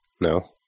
No